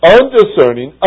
undiscerning